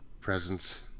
presence